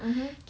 mmhmm